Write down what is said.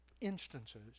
instances